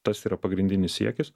tas yra pagrindinis siekis